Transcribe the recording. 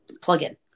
plug-in